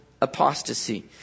apostasy